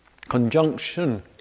conjunction